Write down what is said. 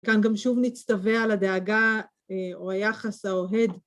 כאן גם שוב נצטווה על הדאגה, אה... או היחס האוהד.